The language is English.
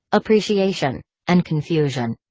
appreciation, and confusion.